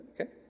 Okay